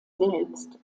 selbst